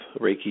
Reiki